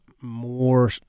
more